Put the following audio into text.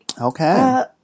Okay